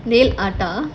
nail art ah